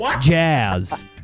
Jazz